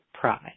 pride